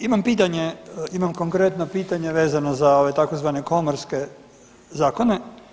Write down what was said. Imam pitanje, imam konkretno pitanje vezano za ove tzv. komorske zakone.